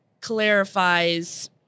clarifies